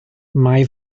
mae